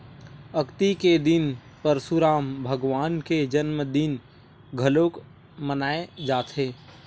अक्ती के दिन परसुराम भगवान के जनमदिन घलोक मनाए जाथे